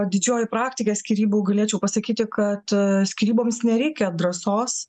didžioji praktikė skyrybų galėčiau pasakyti kad skyryboms nereikia drąsos